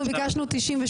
אנחנו ביקשנו 98?